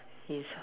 yes ah